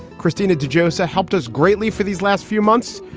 christina de josa helped us greatly for these last few months.